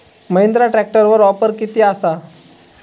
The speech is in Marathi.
महिंद्रा ट्रॅकटरवर ऑफर किती आसा?